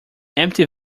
empty